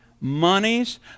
monies